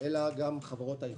אלא גם על חברות הייחוס.